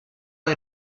hay